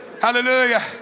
Hallelujah